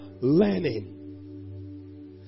learning